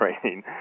training